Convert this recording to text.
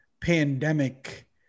pandemic